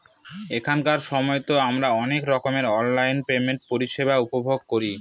এখনকার সময়তো আমারা অনেক রকমের অনলাইন পেমেন্টের পরিষেবা উপভোগ করি